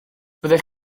fyddech